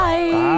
Bye